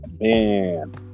man